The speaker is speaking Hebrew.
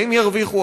הם ירוויחו,